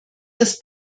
das